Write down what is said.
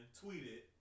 tweeted